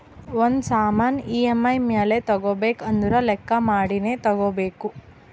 ಒಂದ್ ಸಾಮಾನ್ ಇ.ಎಮ್.ಐ ಮ್ಯಾಲ ತಗೋಬೇಕು ಅಂದುರ್ ಲೆಕ್ಕಾ ಮಾಡಿನೇ ತಗೋಬೇಕು